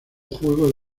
juego